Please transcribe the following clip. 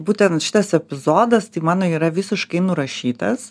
būtent šitas epizodas tai mano yra visiškai nurašytas